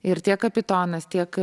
ir tiek kapitonas tiek